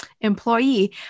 employee